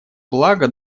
блага